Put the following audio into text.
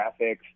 graphics